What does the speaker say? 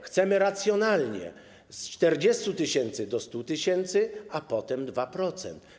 Chcemy racjonalnie: z 40 tys. do 100 tys., a potem 2%.